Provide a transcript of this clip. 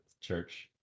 Church